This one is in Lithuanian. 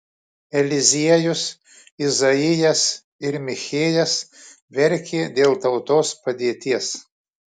eliziejus izaijas ir michėjas verkė dėl tautos padėties